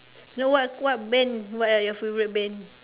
no what what band what are your favourite band